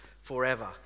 forever